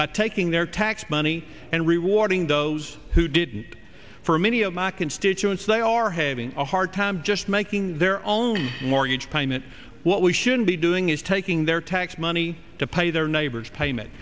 but taking their tax money and rewarding those who didn't for many of my constituents they are having a hard time just making their own mortgage payment what we should be doing is taking their tax money to pay their neighbors payment